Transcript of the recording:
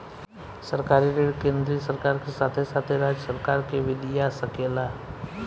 सरकारी ऋण केंद्रीय सरकार के साथे साथे राज्य सरकार के भी दिया सकेला